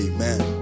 Amen